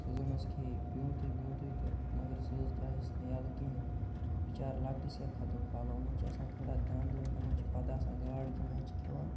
سُہ زَن حظ کھیٚیے پیوٗنٛتُے ویوٗنٛتُے تہٕ مگر سُہ حظ ترٛایَس نہٕ یَلہٕ کِہیٖنۍ بِچار لۄکٹِس کیٛاہ کھَتو کھالو یِمَن چھِ آسان تھوڑا دَنٛد وٕنۍ یِمَن چھِ پَتہ آسان گاڈ کمہِ آیہِ چھِ کھٮ۪وان